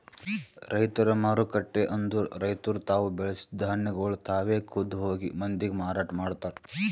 ರೈತರ ಮಾರುಕಟ್ಟೆ ಅಂದುರ್ ರೈತುರ್ ತಾವು ಬೆಳಸಿದ್ ಧಾನ್ಯಗೊಳ್ ತಾವೆ ಖುದ್ದ್ ಹೋಗಿ ಮಂದಿಗ್ ಮಾರಾಟ ಮಾಡ್ತಾರ್